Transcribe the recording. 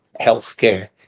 healthcare